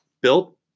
built